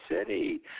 City